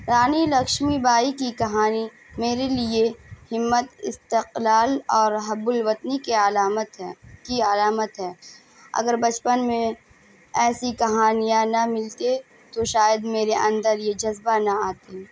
رانی لکشمی بائی کی کہانی میرے لیے ہمت استقلال اور حب الوطنی کے علامت ہے کی علامت ہے اگر بچپن میں ایسی کہانیاں نہ ملتے تو شاید میرے اندر یہ جذبہ نہ آتی